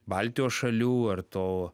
baltijos šalių ar to